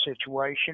situation